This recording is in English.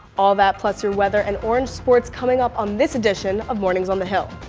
all that plus your weather and orange sports coming up on this edition of mornings on the hill.